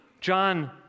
John